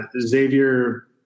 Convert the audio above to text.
Xavier